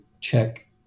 check